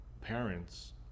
parents